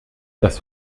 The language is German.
das